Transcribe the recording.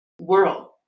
world